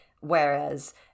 whereas